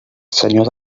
senyor